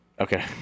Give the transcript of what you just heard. Okay